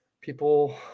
people